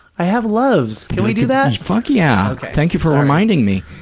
i have loves. can we do that? fuck, yeah. thank you for reminding me.